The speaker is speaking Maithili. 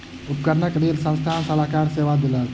उपकरणक लेल संस्थान सलाहकार सेवा देलक